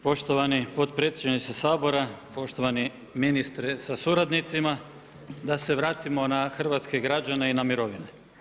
Poštovani potpredsjedniče Sabora, poštovani ministre sa suradnicima, da se vratimo na hrvatske građane i na mirovine.